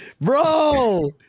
bro